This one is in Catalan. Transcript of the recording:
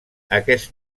aquest